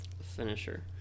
finisher